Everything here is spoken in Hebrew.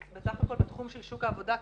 ובסך הכל בתחום של שוק העבודה והמבנה,